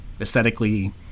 aesthetically